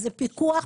זה פיקוח,